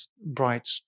bright